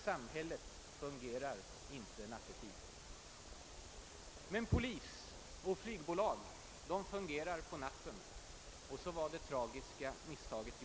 »Samhället fungerar inte nattetid.» Men polis och flygbolag fungerar på natten — och så var det tragiska misstaget gjort.